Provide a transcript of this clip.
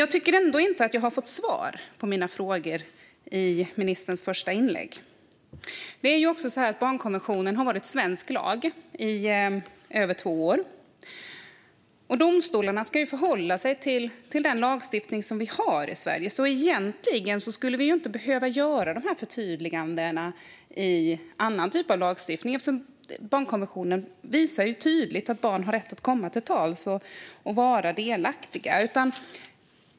Jag tycker ändå inte att ministern svarar på mina frågor i sitt första inlägg. Barnkonventionen har varit svensk lag i över två år. Domstolarna ska förhålla sig till den lagstiftning som vi har i Sverige. Eftersom barnkonventionen tydligt visar att barn har rätt att komma till tals och vara delaktiga skulle vi egentligen inte behöva göra de här förtydligandena i annan typ av lagstiftning.